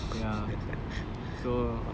ya so